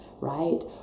right